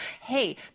Hey